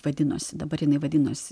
vadinosi dabar jinai vadinasi